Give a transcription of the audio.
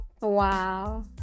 Wow